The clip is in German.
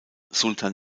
sultan